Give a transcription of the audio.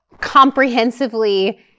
comprehensively